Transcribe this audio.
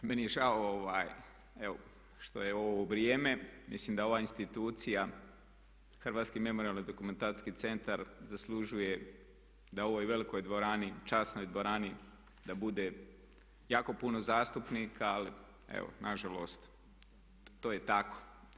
Meni je žao što je ovo vrijeme, mislim da ova institucija Hrvatski memorijalno-dokumentacijski centar zaslužuje da u ovoj velikoj, časnoj dvorani da bude jako puno zastupnika ali evo nažalost to je tako.